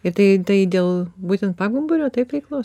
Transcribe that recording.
ir tai tai dėl būtent pagumburio taip veiklos